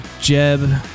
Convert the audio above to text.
Jeb